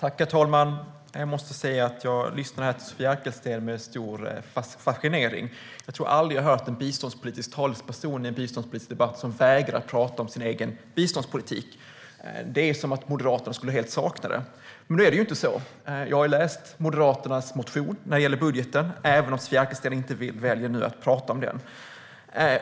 Herr talman! Jag måste säga att det är med stor fascination jag lyssnar till Sofia Arkelsten. Jag tror aldrig att jag har hört en biståndspolitisk talesperson i en biståndspolitisk debatt som vägrar prata om sin egen biståndspolitik. Det är som om Moderaterna helt skulle sakna en sådan. Nu är det ju inte så. Jag har läst Moderaternas motion, även om Sofia Arkelsten nu väljer att inte prata om den.